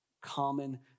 common